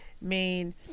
main